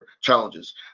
challenges